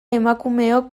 emakumeok